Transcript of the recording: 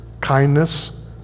kindness